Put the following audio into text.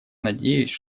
надеюсь